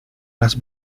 las